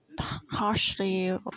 harshly